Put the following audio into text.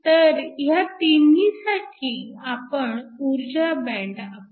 तर ह्या तिन्हींसाठी आपण ऊर्जा बँड आकृती रेखाटू शकतो